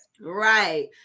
Right